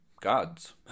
gods